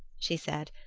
she said.